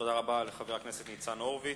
תודה לחבר הכנסת ניצן הורוביץ.